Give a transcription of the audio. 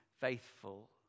faithful